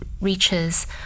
reaches